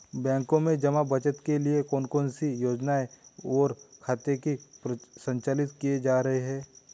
बैंकों में जमा बचत के लिए कौन कौन सी योजनाएं और खाते संचालित किए जा रहे हैं?